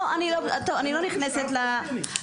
אני לא נכנסת לשם.